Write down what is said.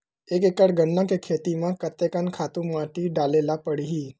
एक एकड़ गन्ना के खेती म कते कन खातु माटी डाले ल पड़ही?